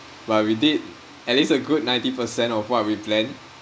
but we did at least a good ninety percent of what we planned